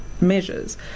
measures